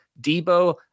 Debo